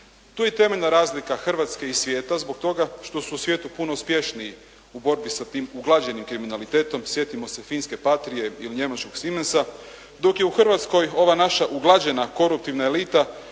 Tu je temeljna razlika Hrvatske i svijeta, zbog toga što su u svijetu puno uspješniji u borbi sa tim uglađenim kriminalitetom. Sjetimo se Finske Patrije, ili Njemačkog Siemensa, dok je u Hrvatskoj ova naša uglađena koruptivna elita